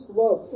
love